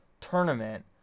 tournament